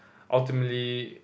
ultimately